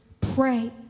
pray